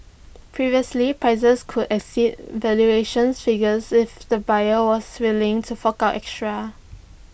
previously prices could exceed valuation figures if the buyer was willing to fork out extra